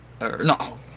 no